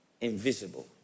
invisible